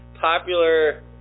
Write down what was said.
popular